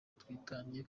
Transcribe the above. twitange